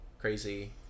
crazy